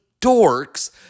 dorks